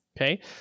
okay